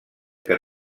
que